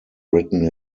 written